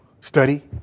study